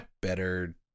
Better